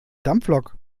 dampflok